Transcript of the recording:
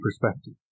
perspective